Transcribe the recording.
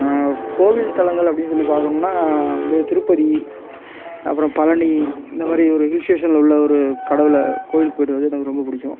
கோயில் தலங்கள் அப்படினு சொல்லி பார்த்தோம்னா வந்து திருப்பதி அப்புறம் பழனி இந்த மாதிரி ஒரு ஹில் ஸ்டேஷனில் உள்ள ஒரு கடவுளை கோயிலுக்கு போயிட்டு வரது எனக்கு ரொம்ப பிடிக்கும்